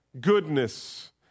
goodness